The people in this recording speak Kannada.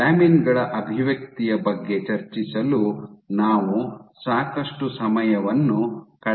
ಲ್ಯಾಮಿನ್ ಗಳ ಅಭಿವ್ಯಕ್ತಿಯ ಬಗ್ಗೆ ಚರ್ಚಿಸಲು ನಾವು ಸಾಕಷ್ಟು ಸಮಯವನ್ನು ಕಳೆಯುತ್ತೇವೆ